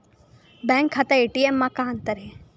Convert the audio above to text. Bank खाता ATM मा का अंतर हे?